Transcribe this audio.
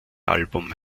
album